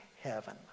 heaven